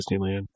Disneyland